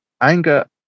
anger